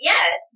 Yes